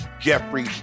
Jeffrey